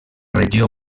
regió